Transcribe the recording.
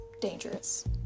dangerous